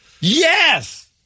Yes